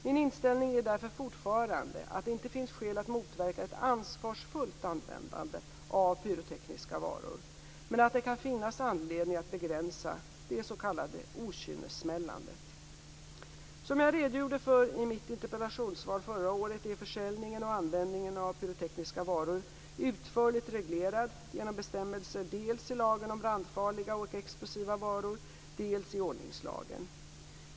Min inställning är därför fortfarande att det inte finns skäl att motverka ett ansvarsfullt användande av pyrotekniska varor men att det kan finnas anledning att begränsa det s.k. Som jag redogjorde för i mitt interpellationssvar förra året är försäljningen och användningen av pyrotekniska varor utförligt reglerad genom bestämmelser dels i lagen om brandfarliga och explosiva varor, dels i ordningslagen.